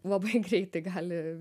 labai greitai gali